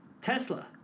Tesla